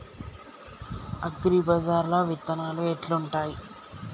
అగ్రిబజార్ల విత్తనాలు ఎట్లుంటయ్?